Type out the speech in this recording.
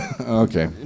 Okay